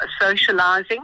socializing